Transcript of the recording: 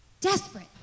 Desperate